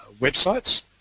websites